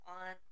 on